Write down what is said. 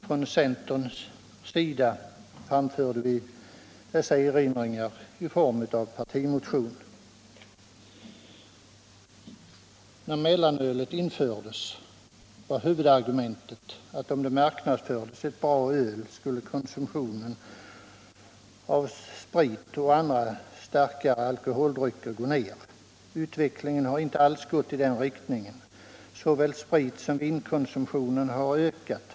Från centerns sida framförde vi våra erinringar i form av partimotion. Då mellanölet infördes var huvudargumentet, att om det marknadsfördes ett bra öl så skulle konsumtionen av sprit och andra starkare alkoholdrycker gå ned. Utvecklingen har inte alls gått i den riktningen. Såväl spritsom vinkonsumtionen har ökat.